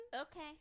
Okay